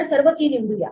तर सर्व key निवडू या